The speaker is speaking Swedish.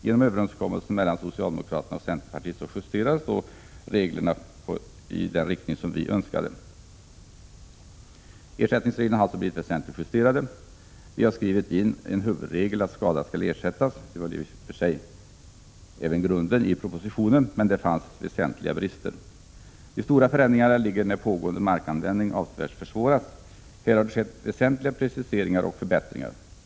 Genom överenskommelser mellan socialdemokraterna och centerpartiet justerades reglerna i den riktning som vi önskade. Ersättningsreglerna har alltså blivit väsentligt justerade. Vi har skrivit in en huvudregel om att skada skall ersättas. Det var i och för sig även grunden i propositionen, men där fanns väsentliga brister. De stora förändringarna gäller situationer då pågående markanvändning avsevärt försvåras. Här har skett väsentliga preciseringar och förbättringar.